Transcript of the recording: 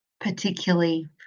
particularly